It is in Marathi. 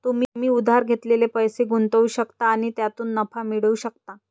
तुम्ही उधार घेतलेले पैसे गुंतवू शकता आणि त्यातून नफा मिळवू शकता